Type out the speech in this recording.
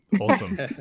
awesome